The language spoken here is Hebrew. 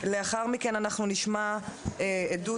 לאחר מכן אנחנו נשמע עדות,